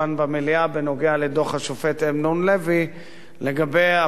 לדוח השופט אדמונד לוי לגבי הבנייה בהתנחלויות.